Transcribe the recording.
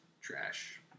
Trash